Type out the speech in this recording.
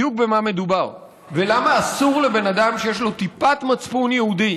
בדיוק במה מדובר ולמה אסור לבן אדם שיש לו טיפת מצפון יהודי,